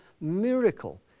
miracle